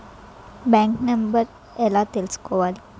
Bank account number ఎలా తీసుకోవాలి?